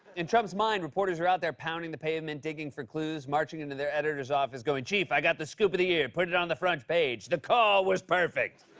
in trump's mind, reporters are out there pounding the pavement, digging for clues, marching into their editor's office going, chief, i got the scoop of the year. put it on the front page. the call was perfect.